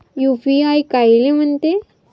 UPI कायले म्हनते?